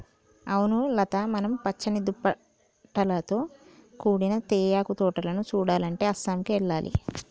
అవును లత మనం పచ్చని దుప్పటాలతో కూడిన తేయాకు తోటలను సుడాలంటే అస్సాంకి ఎల్లాలి